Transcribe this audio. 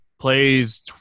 plays